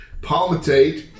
palmitate